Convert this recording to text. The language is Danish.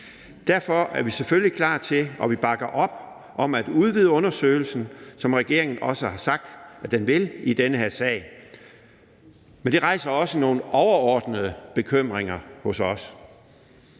Derfor er vi selvfølgelig klar til og bakker op om at udvide undersøgelsen, som regeringen også har sagt at den vil i den her sag. Men det rejser også nogle overordnede bekymringer hos os.